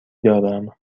دارم